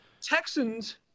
Texans